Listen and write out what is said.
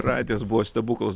radijas buvo stebuklas